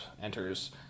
enters